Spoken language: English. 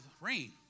rain